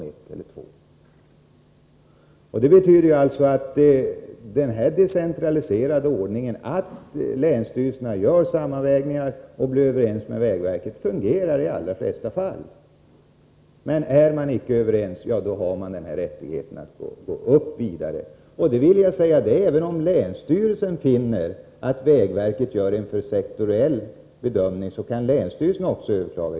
Detta betyder att den decentraliserade ordningen att länsstyrelsen gör en sammanvägning och blir överens med vägverket fungerar i de allra flesta fall. Är man inte överens har man rätt att gå vidare. Om länsstyrelsen finner att vägverket gör en för sektoriell bedömning, kan även länsstyrelsen överklaga.